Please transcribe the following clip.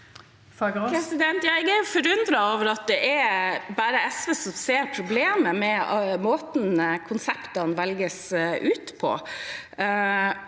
Jeg er forundret over at det bare er SV som ser problemet med måten konseptene velges ut på.